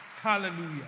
Hallelujah